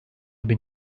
bin